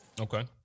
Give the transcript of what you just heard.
Okay